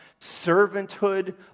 servanthood